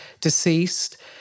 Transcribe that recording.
deceased